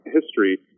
history